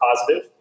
positive